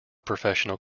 professional